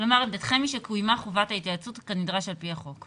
כלומר עמדתכם היא שקוימה חובת התייעצות כנדרש על פי החוק.